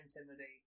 Intimidate